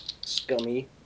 Scummy